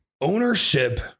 Ownership